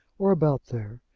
or about there.